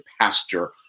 pastor